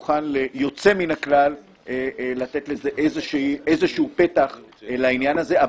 יוצא מן הכלל לתת לזה איזשהו פתח לעניין הזה,